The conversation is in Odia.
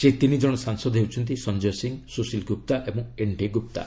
ସେହି ତିନିଜଣ ସାଂସଦ ହେଉଛନ୍ତି ସଂଜୟ ସିଂ ସୁଶୀଲ ଗୁପ୍ତା ଏବଂ ଏନ୍ଡି ଗୁପ୍ତା